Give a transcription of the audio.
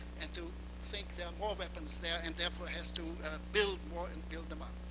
and to think there are more weapons there. and therefore, has to and build more and build them up.